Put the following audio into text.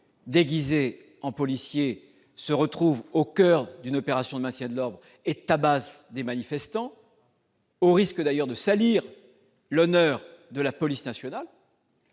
déguisé en policier se retrouve au coeur d'une opération de maintien de l'ordre et tabasse des manifestants, au risque d'ailleurs de salir l'honneur de la police nationale